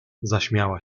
zaśmiała